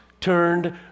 turned